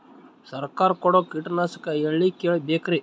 ಸರಕಾರ ಕೊಡೋ ಕೀಟನಾಶಕ ಎಳ್ಳಿ ಕೇಳ ಬೇಕರಿ?